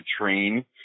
train